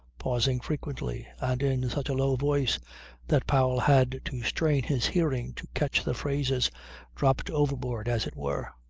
pausing frequently and in such a low voice that powell had to strain his hearing to catch the phrases dropped overboard as it were.